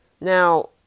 Now